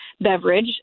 beverage